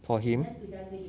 for him